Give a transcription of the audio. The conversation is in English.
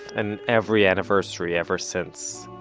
and every anniversary ever since.